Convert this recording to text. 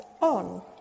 on